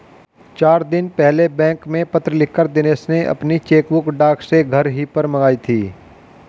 चार दिन पहले बैंक में पत्र लिखकर दिनेश ने अपनी चेकबुक डाक से घर ही पर मंगाई थी